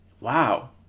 wow